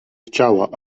chciała